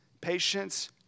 patience